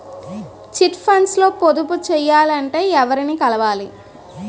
Chit funds లో పొదుపు చేయాలంటే ఎవరిని కలవాలి?